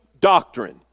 doctrine